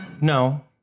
No